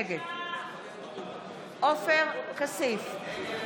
נגד עופר כסיף, נגד